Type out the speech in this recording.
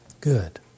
Good